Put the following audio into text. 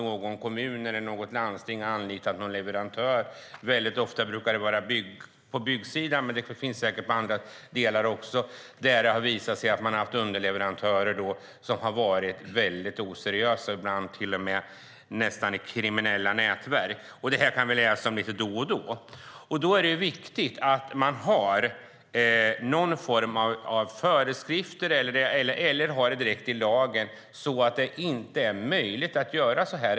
Någon kommun eller något landsting har anlitat någon leverantör. Ofta brukar det vara på byggsidan, men det finns säkert i andra delar också. Det har då visat sig att man har haft underleverantörer som har varit väldigt oseriösa. Ibland är det till och med nästan kriminella nätverk. Det kan vi läsa om lite då och då. Då är det viktigt att man har någon form av föreskrifter, eller att det står direkt i lagen, så att det inte är möjligt att göra så här.